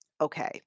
Okay